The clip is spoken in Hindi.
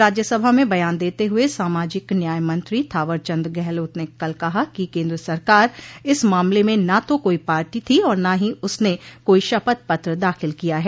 राज्यसभा में बयान देते हुए सामाजिक न्याय मंत्री थावर चंद गहलोत ने कल कहा कि केन्द्र सरकार इस मामले में न तो कोई पार्टी थी और न ही उसने कोई शपथ पत्र दाखिल किया है